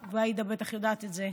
ועאידה בטח יודעת את זה,